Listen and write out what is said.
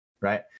right